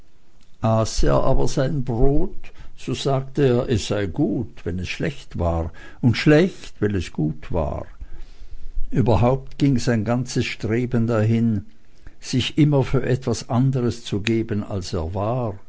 aber sein brot so sagte er es sei gut wenn es schlecht war und schlecht wenn es gut war überhaupt ging sein ganzes streben dahin sich immer für etwas anderes zu geben als er war